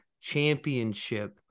championship